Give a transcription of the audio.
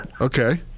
Okay